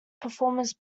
performance